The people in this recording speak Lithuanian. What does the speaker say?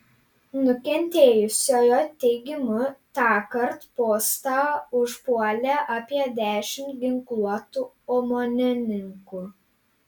nukentėjusiojo teigimu tąkart postą užpuolė apie dešimt ginkluotų omonininkų